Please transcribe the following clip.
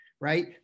right